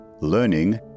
Learning